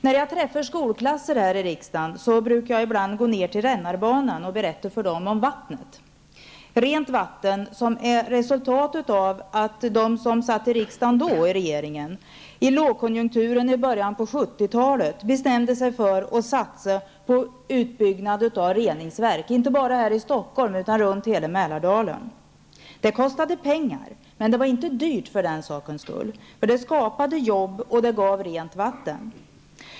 När jag träffar skolklasser här i riksdagen går jag ibland ner med dem i rännarbanan och berättar för dem om vattnet. Det rena vatten som strömmar förbi är resultatet av att de som satt i riksdag och regering under lågkonjunkturen i början av 70-talet bestämde sig för att satsa på byggande av reningsverk, inte bara här i Stockholm utan runt hela Mälardalen. Det kostade pengar, men det var inte dyrt för den sakens skull, för det skapade jobb och det gav rent vatten.